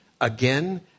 again